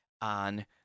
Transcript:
on